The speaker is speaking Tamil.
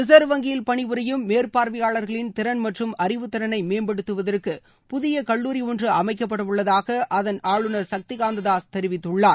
ரிசர்வ் வங்கியில் பணிபுரியும் மேற்பார்வையாளர்களின் திறன் மற்றம் அறிவுத்திறனை மேம்படுத்துவதற்கு புதிய கல்லூரி ஒன்று அமைக்கப்படவுள்ளதாக அதன் ஆளுநர் சக்தி காந்ததாஸ் தெரிவித்குள்ளார்